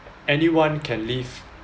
anyone can leave